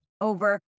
over